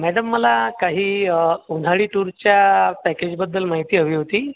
madam मला काही उन्हाळी टूरच्या पॅकेजबद्दल माहिती हवी होती